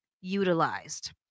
utilized